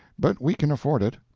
but we can afford it.